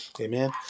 Amen